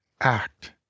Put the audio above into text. Act